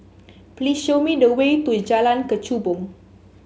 please show me the way to Jalan Kechubong